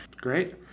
Great